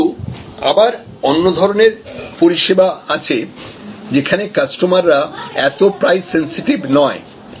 কিন্তু আবার অন্য ধরনের পরিষেবা আছে যেখানে কাস্টমাররা এত প্রাইস সেন্সেটিভ নয়